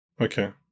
okay